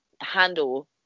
handle